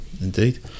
indeed